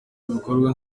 ibikorwa